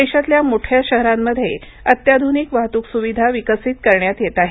देशातल्या मोठ्या शहरांमध्ये अत्याध्निक वाहतूकसुविधा विकसित करण्यात येत आहेत